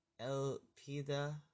elpida